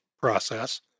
process